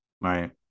Right